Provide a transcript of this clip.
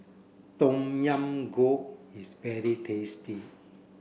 Tom Yam Goong is very tasty